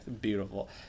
Beautiful